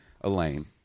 Elaine